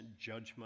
judgment